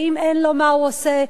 ואם אין לו, מה הוא עושה.